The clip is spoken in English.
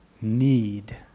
need